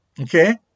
Okay